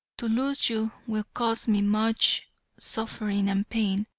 to lose you will cause me much suffering and pain,